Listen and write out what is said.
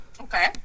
Okay